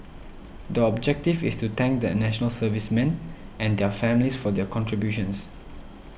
the objective is to thank the National Servicemen and their families for their contributions